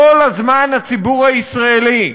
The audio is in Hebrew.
כל הזמן הציבור הישראלי,